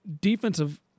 defensive